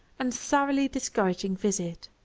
and thoroughly discouraging visit.